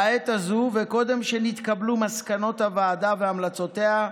בעת הזאת, וקודם שנתקבלו מסקנות הוועדה והמלצותיה,